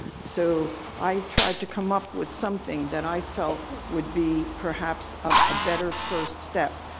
so i tried to come up with something that i felt would be perhaps a better first step.